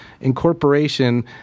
incorporation